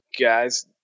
guys